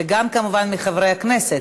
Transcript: וגם, כמובן, מחברי הכנסת.